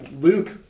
Luke